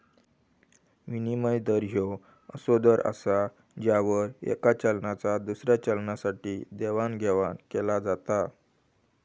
विनिमय दर ह्यो असो दर असा ज्यावर येका चलनाचा दुसऱ्या चलनासाठी देवाणघेवाण केला जाता